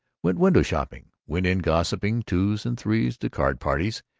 went window-shopping, went in gossiping twos and threes to card-parties,